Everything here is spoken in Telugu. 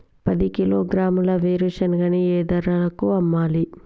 పది కిలోగ్రాముల వేరుశనగని ఏ ధరకు అమ్మాలి?